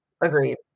Agreed